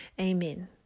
Amen